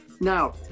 Now